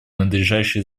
надлежащей